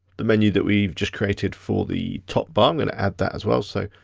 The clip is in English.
the menu that we've just crated for the top bar. i'm gonna add that as well, so.